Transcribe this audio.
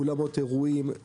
אולמות אירועים.